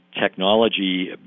technology